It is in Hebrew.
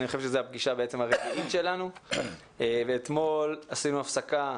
אני חושב שזו הפגישה הרביעית שלנו ואתמול עשינו הפסקה